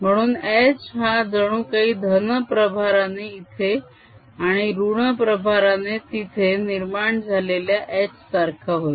म्हणून h हा जणू काही धन प्रभाराने इथे आणि ऋण प्रभाराने तिथे निर्माण झालेल्या h सारखा होईल